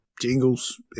Jingles